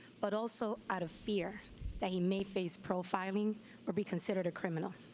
but also out of fear that he may face profiling or be considered a criminal.